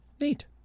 Neat